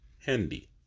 Handy